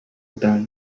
不丹